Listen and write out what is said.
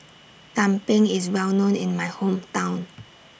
Tumpeng IS Well known in My Hometown